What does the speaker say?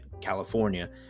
California